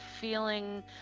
feeling